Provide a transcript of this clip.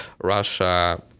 Russia